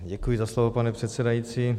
Děkuji za slovo, pane předsedající.